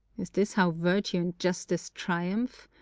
is this how virtue and justice triumph?